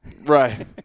Right